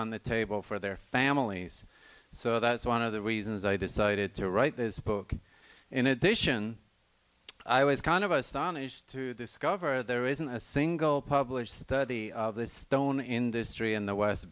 on the table for their families so that's one of the reasons i decided to write this book in addition i was kind of us donnish to discover there isn't a single published study of the stone industry in the west